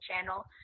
channel